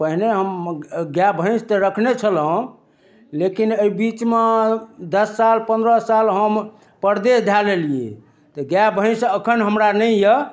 पहिने हम गाय भैंस तऽ रखने छलहुॅं हँ लेकिन एहि बीचमे दस साल पन्द्रह साल हम परदेस धऽ लेलियै तऽ गाय भैंस अखन हमरा नहि यऽ